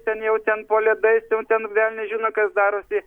ten jau ten po ledais jau ten velnias žino kas darosi